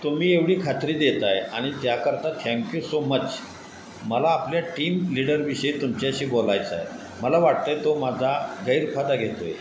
तुम्ही एवढी खात्री देत आहे आणि त्याकरता थँक्यू सो मच मला आपल्या टीम लीडरविषयी तुमच्याशी बोलायचं आहे मला वाटतं आहे तो माझा गैरफायदा घेतो आहे